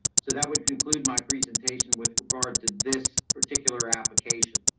so that would conclude my presentation with regard to this particular application.